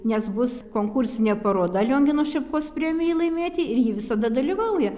nes bus konkursinė paroda liongino šepkos premijai laimėti ir ji visada dalyvauja